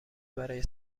برای